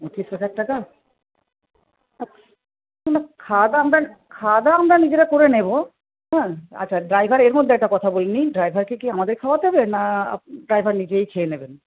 পঁচিশ হাজার টাকা খাওয়া দাওয়া আমরা খাওয়া দাওয়া আমরা নিজেরা করে নেব আচ্ছা ড্রাইভার এর মধ্যে একটা কথা বলে নিই ড্রাইভারকে কী আমাদের খাওয়াতে হবে না ড্রাইভার নিজেই খেয়ে নেবেন